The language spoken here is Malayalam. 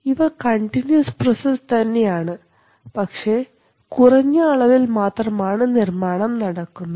ഇവ കണ്ടിന്യൂസ് പ്രോസസ് തന്നെയാണ് പക്ഷേ കുറഞ്ഞ അളവിൽ മാത്രമാണ് നിർമാണം നടക്കുന്നത്